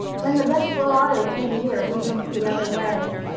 when the desperado came near we looked the other way.